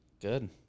Good